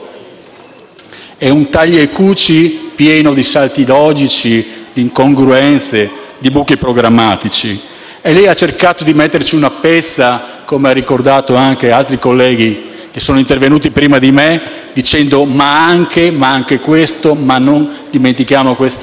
È un taglia e cuci pieno di salti logici, di incongruenze e di buchi programmatici. Lei ha cercato di metterci una pezza - come hanno ricordato anche altri colleghi intervenuti prima di me - dicendo «ma anche», «ma anche questo» e «non dimentichiamo quest'altro»: